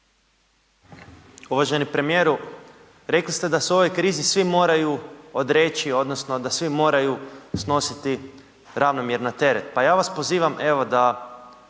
Uvaženi premijeru, rekli ste da se u ovoj krizi svi moraju odreći odnosno da svi moraju snositi ravnomjerno teret. Pa ja vas pozivam evo da